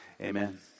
amen